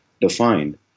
defined